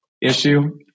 issue